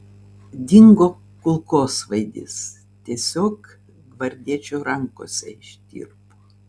dingo kulkosvaidis tiesiog gvardiečių rankose ištirpo